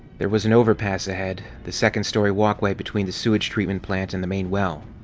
there was an overpass ahead, the second-story walkway between the sewage treatment plant and the main well.